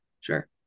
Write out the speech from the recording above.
Sure